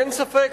אין ספק,